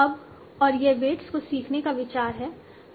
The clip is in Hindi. अब और यह वेट्स को सीखने का विचार है